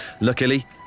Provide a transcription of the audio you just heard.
Luckily